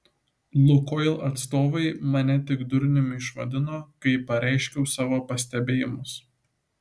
lukoil atstovai mane tik durniumi išvadino kai pareiškiau savo pastebėjimus